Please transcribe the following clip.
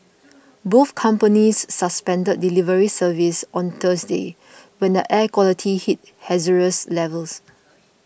both companies suspended delivery service on Thursday when the air quality hit Hazardous levels